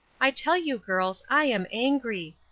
i tell you, girls, i am angry.